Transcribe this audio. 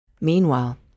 Meanwhile